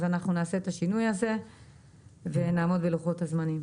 נעשה את השינוי הזה ונעמוד בלוחות הזמנים.